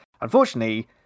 Unfortunately